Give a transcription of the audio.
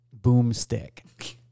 boomstick